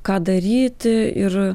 ką daryti ir